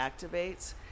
activates